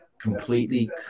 completely